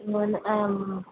இங்கே வந்து ஆ